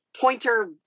pointer